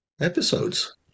episodes